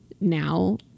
now